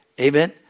amen